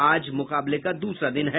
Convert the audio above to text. आज मुकाबले का दूसरा दिन है